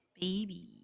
baby